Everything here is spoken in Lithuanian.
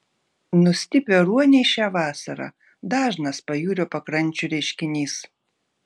nustipę ruoniai šią vasarą dažnas pajūrio pakrančių reiškinys